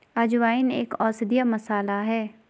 अजवाइन एक औषधीय मसाला है